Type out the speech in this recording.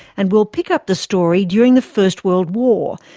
and we'll pick up the story during the first world war,